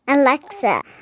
Alexa